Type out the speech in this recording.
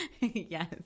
Yes